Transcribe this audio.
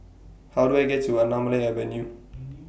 How Do I get to Anamalai Avenue